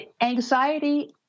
anxiety